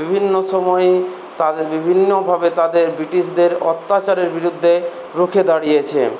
বিভিন্ন সময়ই তাঁদের বিভিন্নভাবে তাঁদের ব্রিটিশদের অত্যাচারের বিরুদ্ধে রুখে দাঁড়িয়েছে